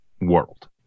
world